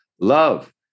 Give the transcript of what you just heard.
Love